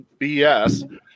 BS